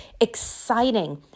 exciting